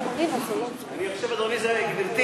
גברתי,